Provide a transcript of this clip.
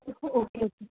हो okay okay